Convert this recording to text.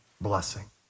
blessing